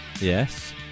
Yes